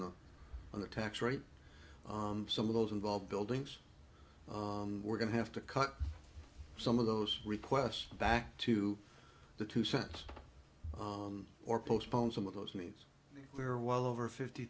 the on the tax rate some of those involved buildings we're going to have to cut some of those requests back to the two cents or postpone some of those needs we're well over fifty